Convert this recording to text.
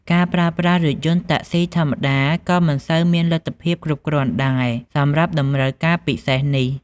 ការប្រើប្រាស់រថយន្តតាក់ស៊ីធម្មតាក៏មិនសូវមានលទ្ធភាពគ្រប់គ្រាន់ដែរ សម្រាប់តម្រូវការពិសេសនេះ។